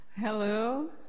Hello